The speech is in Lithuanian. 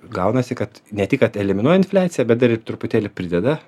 gaunasi kad ne tik kad eliminuoja infliaciją bet dar ir truputėlį prideda